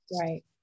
Right